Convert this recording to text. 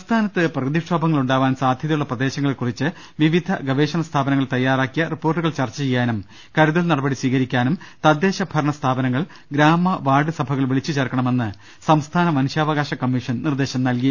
സംസ്ഥാനത്ത് പ്രകൃതിക്ഷോഭങ്ങളുണ്ടാവാൻ സാധ്യതയുള്ള പ്രദേ ശങ്ങളെക്കുറിച്ച് വിപ്പിധ് ഗവേഷണ സ്ഥാപനങ്ങൾ തയ്യാറാക്കിയ റിപ്പോർട്ടുകൾ ചർച്ച ചെയ്യാനും കരുതൽ നടപടി സ്വീകരിക്കാനും തദ്ദേ ശഭരണ സ്ഥാപനങ്ങൾ ഗ്രാമ വാർഡ് സഭകൾ വിളിച്ചുചേർക്കണമെന്ന് സംസ്ഥാന മനുഷ്യാവകാശ കമ്മിഷൻ നിർദ്ദേശം നൽകി